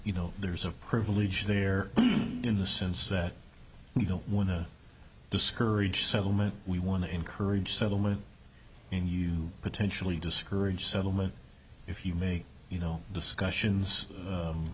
you know there's a privilege there in the sense that you don't want to discourage settlement we want to encourage settlement in you potentially discourage settlement if you may you know discussions